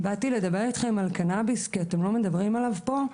באתי לדבר איתכם על קנאביס כי אתם לא מדברים עליו פה,